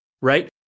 right